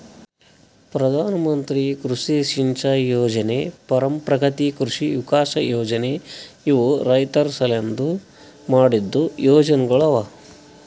ಪ್ರಧಾನ ಮಂತ್ರಿ ಕೃಷಿ ಸಿಂಚೈ ಯೊಜನೆ, ಪರಂಪ್ರಗತಿ ಕೃಷಿ ವಿಕಾಸ್ ಯೊಜನೆ ಇವು ರೈತುರ್ ಸಲೆಂದ್ ಮಾಡಿದ್ದು ಯೊಜನೆಗೊಳ್ ಅವಾ